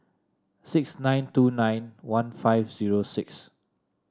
six nine two nine one five zero six